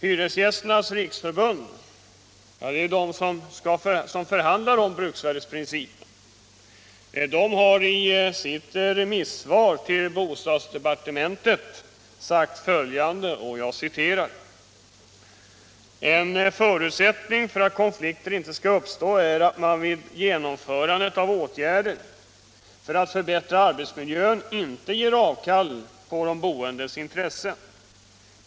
Hyresgästernas riksförbund, som skall förhandla om bruksvärdet, har i sitt remissvar till bostadsdepartementet sagt följande: ”En förutsättning för att konflikter inte skall uppstå är att man vid genomförande av åtgärder för att förbättra arbetsmiljön inte ger avkall på de boendes intressen.